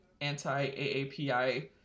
anti-AAPI